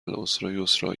العسریسرا